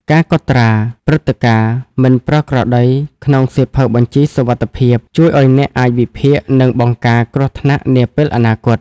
ការកត់ត្រារាល់ ព្រឹត្តិការណ៍មិនប្រក្រតី ក្នុងសៀវភៅបញ្ជីសុវត្ថិភាព ជួយឱ្យអ្នកអាចវិភាគ និងបង្ការគ្រោះថ្នាក់នាពេលអនាគត។